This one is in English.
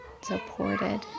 supported